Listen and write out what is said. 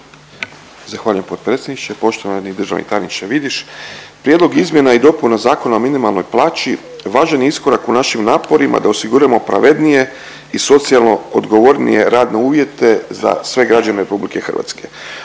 Zahvaljujem potpredsjedniče. Poštovani državni tajniče Vidiš. Prijedlog izmjena i dopuna Zakona o minimalnoj plaći važan je iskorak u našim naporima da osiguramo pravednije i socijalno odgovornije radne uvjete za sve građane RH. Uklanjanje